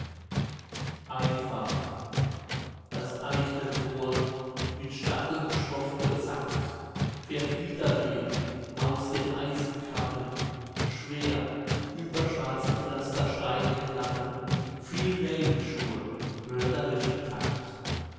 das eichne tor mit stacheln schroff bezackt fährt widerwiuig aus den eisenkappen schwer über schwarze pflastersteine klappen viel nägelschuhe mörderischen takt